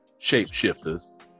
shapeshifters